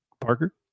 Parker